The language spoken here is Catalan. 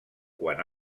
quan